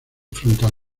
frontal